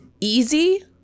easy